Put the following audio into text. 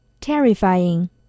terrifying